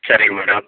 சரிங்க மேடம்